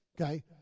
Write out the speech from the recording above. okay